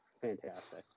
fantastic